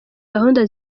gahunda